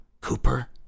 Cooper